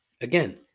again